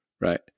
right